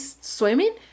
swimming